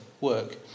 work